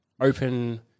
open